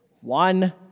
one